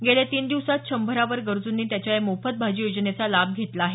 गेल्या तीन दिवसांत शंभरावर गरजूंनी त्याच्या या मोफत भाजी योजनेचा लाभ घेतला आहे